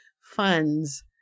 funds